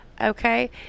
Okay